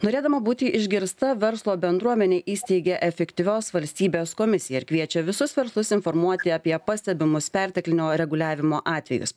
norėdama būti išgirsta verslo bendruomenė įsteigė efektyvios valstybės komisiją ir kviečia visus verslus informuoti apie pastebimus perteklinio reguliavimo atvejus